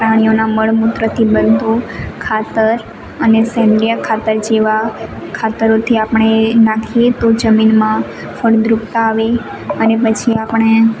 પ્રાણીઓના મળમૂત્રથી બનતું ખાતર અને સેન્દ્રીય ખાતર જેવા ખાતરોથી આપણે નાખીએ તો જમીનમાં ફળદ્રુપતા આવે અને પછી આપણે